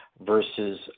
versus